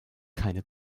keine